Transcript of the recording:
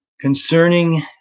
concerning